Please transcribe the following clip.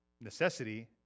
necessity